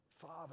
Father